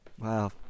Wow